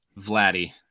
Vladdy